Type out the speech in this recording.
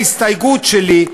ההסתייגות שלי,